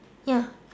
ya